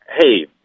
hey